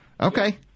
Okay